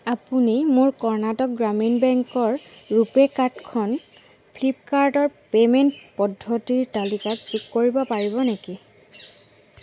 আপুনি মোৰ কৰ্ণাটক গ্ৰামীণ বেংকৰ ৰুপে কাৰ্ডখন ফ্লিপকাৰ্টৰ পে'মেণ্ট পদ্ধতিৰ তালিকাত যোগ কৰিব পাৰিব নেকি